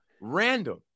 random